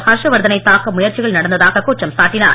ஹர்ஷ்வர்த னைத் தாக்க முயற்சிகள் நடந்ததாகக் குற்றம் சாட்டினார்